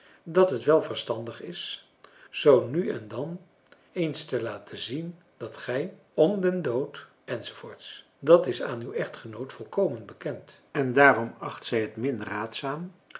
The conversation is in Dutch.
dat het wel verstandig is zoo nu en dan eens te laten zien dat gij om den dood enz dat is aan uw echtgenoot volkomen bekend en daarom acht zij het min raadzaam